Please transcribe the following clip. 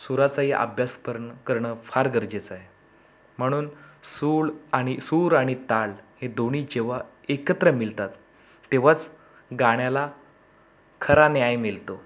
सुराचाही अभ्यास करनं करणं फार गरजेचं आहे म्हणून सूळ आणि सूर आणि ताल हे दोन्ही जेव्हा एकत्र मिळतात तेव्हाच गाण्याला खरा न्याय मिळतो